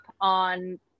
on